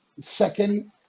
second